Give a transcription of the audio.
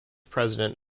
president